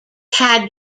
had